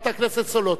חברת הכנסת סולודקין.